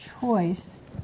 choice